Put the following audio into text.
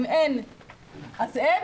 אם אין אז אין,